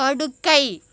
படுக்கை